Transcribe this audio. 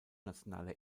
nationaler